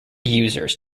users